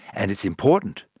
and it's important.